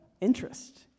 interest